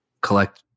collect